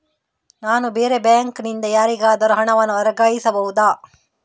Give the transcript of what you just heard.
ನಾನು ಬೇರೆ ಬ್ಯಾಂಕ್ ನಿಂದ ಯಾರಿಗಾದರೂ ಹಣವನ್ನು ವರ್ಗಾಯಿಸಬಹುದ?